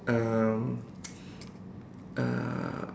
um uh